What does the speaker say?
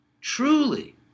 truly